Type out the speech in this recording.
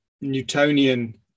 newtonian